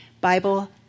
Bible